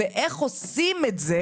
איך עושים את זה